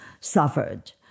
suffered